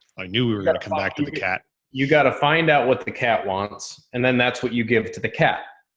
i knew we were going to come back to the cat. you got to find out what the cat wants and then that's what you give to the cat.